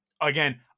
again